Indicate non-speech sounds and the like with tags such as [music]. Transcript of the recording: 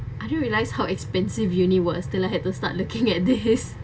I don't realise how expensive uni was till I have to start looking at this [laughs]